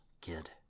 Kid